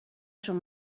شون